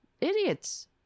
Idiots